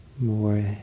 more